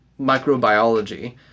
microbiology